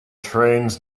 trains